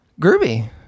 Groovy